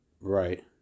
Right